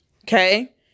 Okay